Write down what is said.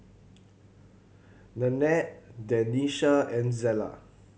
Nanette Denisha and Zella